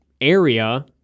area